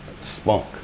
spunk